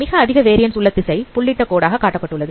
மிக அதிக வேரியண்ஸ் உள்ள திசை புள்ளிட்ட கோடாக காட்டப்பட்டுள்ளது